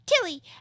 Tilly